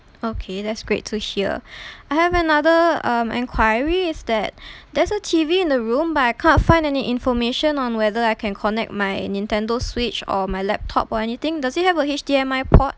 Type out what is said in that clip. okay that's great to hear I have another um enquiry is that there's a T_V in the room but I can't find any information on whether I can connect my Nintendo switch or my laptop or anything does it have a H_D_M_I port